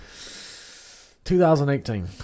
2018